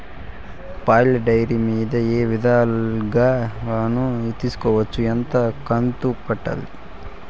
పాల డైరీ మీద ఏ విధంగా లోను తీసుకోవచ్చు? ఎంత కంతు కట్టాలి?